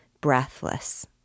breathless